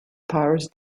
powers